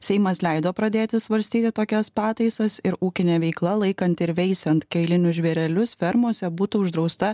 seimas leido pradėti svarstyti tokias pataisas ir ūkinė veikla laikant ir veisiant kailinius žvėrelius fermose būtų uždrausta